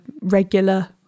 regular